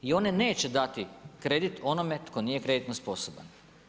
I one neće dati kredit onome tko nije kreditno sposoban.